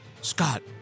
Scott